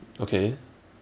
ok